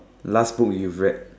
last book you've read